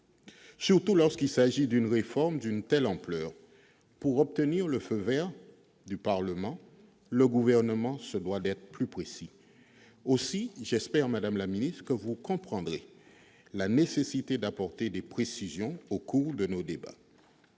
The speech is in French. surtout d'une réforme d'une telle ampleur. Pour obtenir le feu vert du Parlement, le Gouvernement se doit d'être plus précis. Aussi, j'espère, madame la ministre, que vous comprendrez la nécessité d'apporter des précisions au cours de nos débats.